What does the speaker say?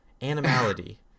animality